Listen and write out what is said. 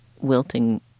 wilting